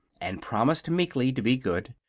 and promised meekly to be good.